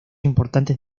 importantes